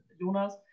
Jonas